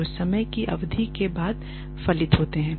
जो समय की अवधि के बाद फलित होते हैं